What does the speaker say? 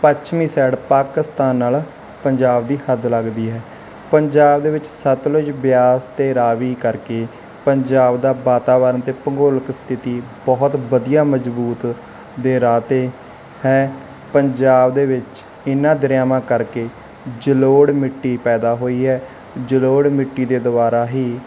ਪੱਛਮੀ ਸਾਈਡ ਪਾਕਿਸਤਾਨ ਨਾਲ ਪੰਜਾਬ ਦੀ ਹੱਦ ਲੱਗਦੀ ਹੈ ਪੰਜਾਬ ਦੇ ਵਿੱਚ ਸਤਲੁਜ ਬਿਆਸ ਅਤੇ ਰਾਵੀ ਕਰਕੇ ਪੰਜਾਬ ਦਾ ਵਾਤਾਵਰਣ ਅਤੇ ਭੂਗੋਲਿਕ ਸਥਿਤੀ ਬਹੁਤ ਵਧੀਆ ਮਜਬੂਤ ਦੇ ਰਾਹ 'ਤੇ ਹੈ ਪੰਜਾਬ ਦੇ ਵਿੱਚ ਇਹਨਾਂ ਦਰਿਆਵਾਂ ਕਰਕੇ ਜਲੋੜ ਮਿੱਟੀ ਪੈਦਾ ਹੋਈ ਹੈ ਜਲੋੜ ਮਿੱਟੀ ਦੇ ਦੁਆਰਾ ਹੀ